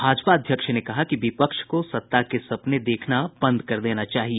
भाजपा अध्यक्ष ने कहा कि विपक्ष को सत्ता के सपने देखना बंद कर देना चाहिए